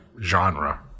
genre